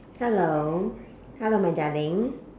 hello hello my darling